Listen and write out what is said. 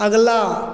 अगला